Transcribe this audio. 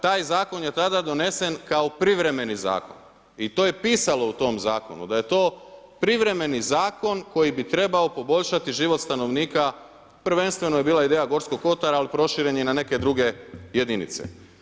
Taj zakon je tada donesen kao privremeni zakon i to je pisalo u tom zakonu da je to privremeni zakon koji bi trebao poboljšati život stanovnika, prvenstveno je bila ideja Gorskog Kotara ali proširen je na neke druge jedinice.